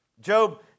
Job